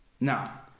Now